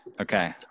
Okay